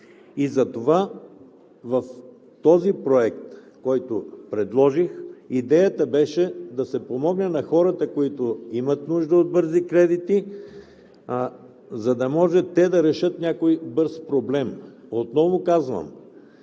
Затова в Проекта, който предложих, идеята беше да се помогне на хората, които имат нужда от бързи кредити, за да може те да решат някой бърз проблем. Отново казвам,